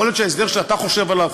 יכול להיות שההסדר שאתה חושב עליו,